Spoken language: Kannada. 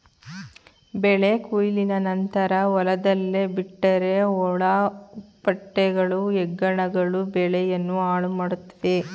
ಬೆಳೆ ಕೊಯ್ಲಿನ ನಂತರ ಹೊಲದಲ್ಲೇ ಬಿಟ್ಟರೆ ಹುಳ ಹುಪ್ಪಟೆಗಳು, ಹೆಗ್ಗಣಗಳು ಬೆಳೆಯನ್ನು ಹಾಳುಮಾಡುತ್ವೆ